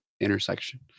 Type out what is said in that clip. intersection